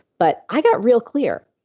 but i got real clear.